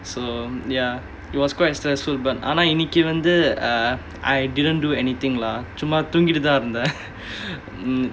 so ya it was quite stressful but ஆனா இன்னிக்கி வந்து:aanaa innikki vanthu uh I didn't do anything lah சும்மா தூங்கிட்டு தான் இருந்தேன்:summa thoongittu thaan irunthaen mm